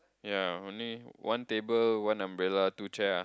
ya only one table one umbrella two chair ah